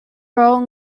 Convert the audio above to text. role